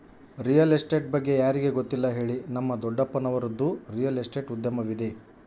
real estate ಬಗ್ಗೆ ಯಾರಿಗೆ ಗೊತ್ತಿಲ್ಲ ಹೇಳಿ, ನಮ್ಮ ದೊಡ್ಡಪ್ಪನವರದ್ದು ರಿಯಲ್ ಎಸ್ಟೇಟ್ ಉದ್ಯಮವಿದೆ